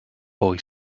boy